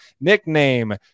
nickname